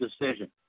decision